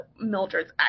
Mildred's